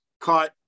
caught